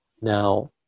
Now